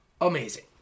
amazing